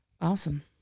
Awesome